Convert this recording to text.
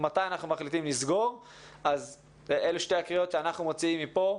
מתי אנחנו מחליטים לסגור - אלו שתי הקריאות שאנחנו מוציאים מפה.